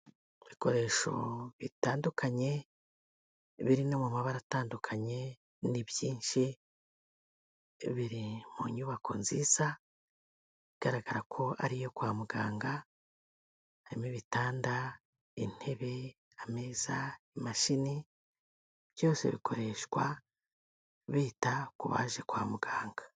Ibikoresho bitandukanye, biri no mu mabara atandukanye, ni byinshi. Biri mu nyubako nziza, igaragara ko ari iyo kwa muganga, harimo ibitanda, intebe, ameza, imashini, byose bikoreshwa bita ku baje kwa muganga.